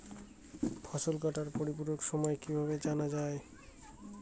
ফসল কাটার পরিপূরক সময় কিভাবে জানা যায়?